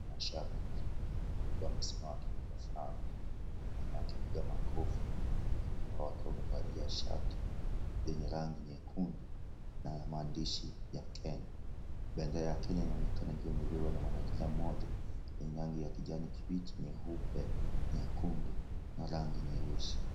Mashabiki wengi wakiwa wamesimama wakitabasamu wengine wakipiga makofi wengi wao wakiwa wamevalia shati zenye rangi nyekundu na maandishi ya Kenya, bendera ya Kenya inaonekana ikiwa imebebwa na kijana mmoja yenye rangi ya kijani kibichi, nyeupe, nyekunduna rangi nyeusi.